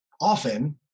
often